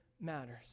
matters